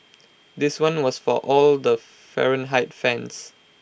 this one was for all the Fahrenheit fans